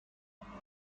حالا